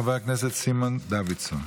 חבר הכנסת סימן דוידסון,